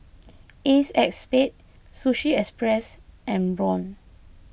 Ace X Spade Sushi Express and Braun